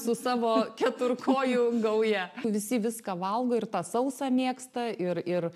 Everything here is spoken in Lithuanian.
su savo keturkojų gauja visi viską valgo ir tą sausą mėgsta ir ir